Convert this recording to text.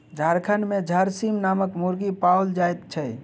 झारखंड मे झरसीम नामक मुर्गी पाओल जाइत छै